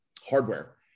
hardware